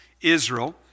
Israel